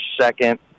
second